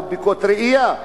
לא בדיקות ראייה,